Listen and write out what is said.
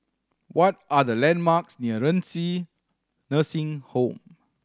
what are the landmarks near Renci Nursing Home